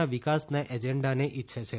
ના વિકાસના એજન્ડાને ઇચ્છે છે